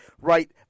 right